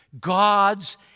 God's